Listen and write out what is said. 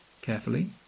Carefully